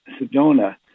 Sedona